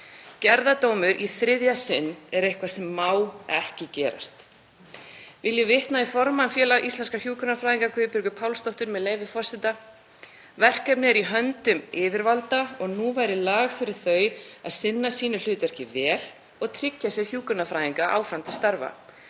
Gerðardómur í þriðja sinn er eitthvað sem má ekki gerast. Vil ég vitna í formann Félags íslenskra hjúkrunarfræðinga, Guðbjörgu Pálsdóttur, með leyfi forseta, sem sagði að verkefnið væri í höndum yfirvalda og nú væri lag fyrir þau að sinna sínu hlutverki vel og tryggja sér hjúkrunarfræðinga áfram til starfa.